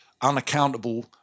unaccountable